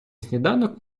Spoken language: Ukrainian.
сніданок